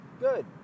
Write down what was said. good